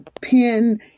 pin